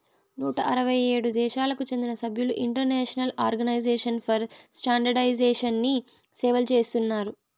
నూట అరవై ఏడు దేశాలకు చెందిన సభ్యులు ఇంటర్నేషనల్ ఆర్గనైజేషన్ ఫర్ స్టాండర్డయిజేషన్ని సేవలు చేస్తున్నారు